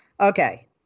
Okay